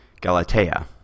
Galatea